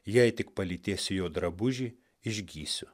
jei tik palytėsiu jo drabužį išgysiu